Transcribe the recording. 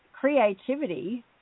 creativity